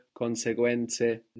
conseguenze